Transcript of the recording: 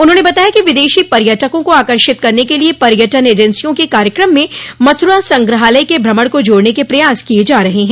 उन्होंने बताया कि विदेशी पर्यटकों को आकर्षित करने के लिए पर्यटन एजेंसियों के कार्यक्रम में मथुरा संग्रहालय के भ्रमण को जोड़ने के प्रयास किये जा रहे हैं